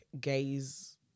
gays